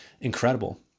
Incredible